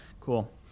Cool